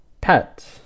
pet